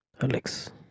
Alex